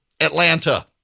Atlanta